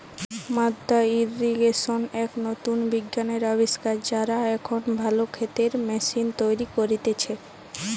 মাদ্দা ইর্রিগেশন এক নতুন বিজ্ঞানের আবিষ্কার, যারা এখন ভালো ক্ষেতের ম্যাশিন তৈরী করতিছে